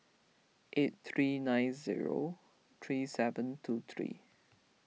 eight three nine zero three seven two three